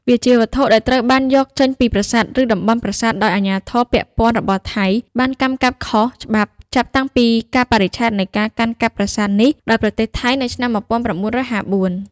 វាជាវត្ថុដែលត្រូវ បានយកចេញពីប្រាសាទឬតំបន់ប្រាសាទដោយអាជ្ញាធរពាក់ព័ន្ធរបស់ថៃបានកាន់កាប់ខុសច្បាប់ ចាប់តាំងពីកាលបរិច្ឆេទនៃការកាន់កាប់ប្រាសាទនេះដោយប្រទេសថៃ នៅឆ្នាំ១៩៥៤។